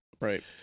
Right